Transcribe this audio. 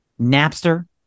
Napster